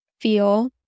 feel